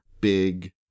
big